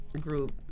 group